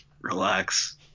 Relax